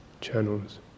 channels